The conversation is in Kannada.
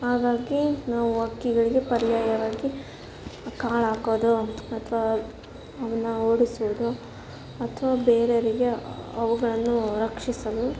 ಹಾಗಾಗಿ ನಾವು ಹಕ್ಕಿಗಳಿಗೆ ಪರ್ಯಾಯವಾಗಿ ಕಾಳು ಹಾಕೋದು ಅಥವಾ ಅವನ್ನ ಓಡಿಸೋದು ಅಥವಾ ಬೇರೆವ್ರಿಗೆ ಅವುಗಳನ್ನು ರಕ್ಷಿಸಲು